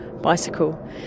bicycle